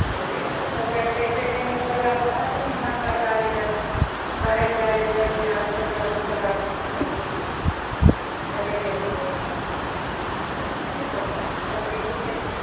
भैए गेलै तब देखते तनि बुतुरुआके ओएह सब ने मन बहलाबे लै पढ़ै से जादे जरूरी रहल छोटगर बुतुरुआके किछु किछु खेलैए कूदै ले रहै छै ने खेलतै कूदतै तऽ